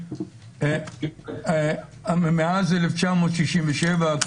מאז 1967,